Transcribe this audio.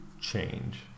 change